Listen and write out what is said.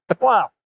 Wow